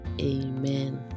Amen